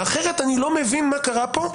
אחרת אני לא מבין מה קרה פה,